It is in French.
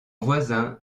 voisin